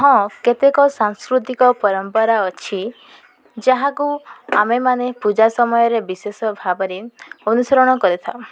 ହଁ କେତେକ ସାଂସ୍କୃତିକ ପରମ୍ପରା ଅଛି ଯାହାକୁ ଆମେମାନେ ପୂଜା ସମୟରେ ବିଶେଷ ଭାବରେ ଅନୁସରଣ କରିଥାଉ